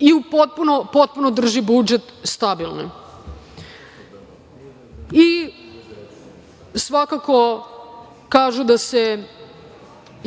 i potpuno drži budžet stabilnim. Svakako kažu da su se